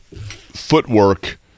footwork